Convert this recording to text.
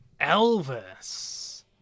Elvis